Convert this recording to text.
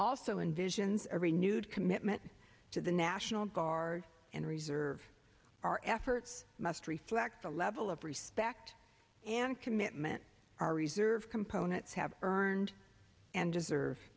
also and visions a renewed commitment to the national guard and reserve our efforts must reflect the level of respect and commitment our reserve components have earned and deserve